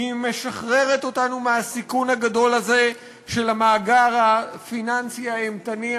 היא משחררת אותנו מהסיכון הגדול הזה של המאגר הפיננסי האימתני,